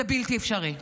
זה בלתי אפשרי.